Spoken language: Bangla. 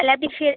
তাহলে আপনি ফের